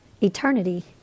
eternity